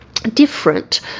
different